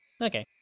Okay